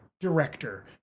director